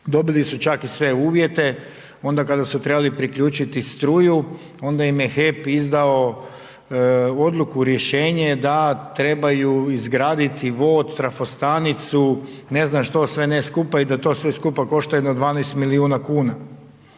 dobili su čak i sve uvjete. Onda kada su trebali priključiti struju onda im je HEP izdao odluku, rješenje da trebaju izgraditi vod, trafostanicu, ne znam što sve ne skupa i da to sve skupa košta jedno 12 milijuna kuna.